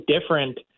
different